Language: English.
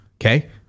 Okay